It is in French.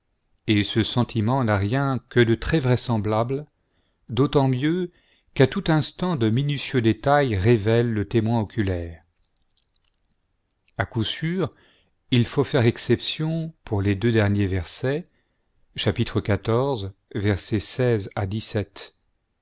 et ce sentiment n'a rien que de très vraisemblable d'autant mieux qu'à tout instant de minutieux détails révèlent le témoin oculaire a coup sur il faut faire exception pour les deux derniers versets